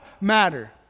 matter